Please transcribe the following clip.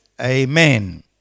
amen